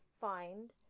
find